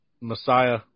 Messiah